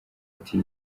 ati